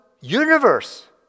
universe